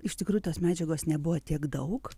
iš tikrųjų tos medžiagos nebuvo tiek daug